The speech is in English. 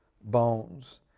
bones